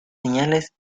señales